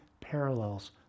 parallels